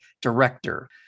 director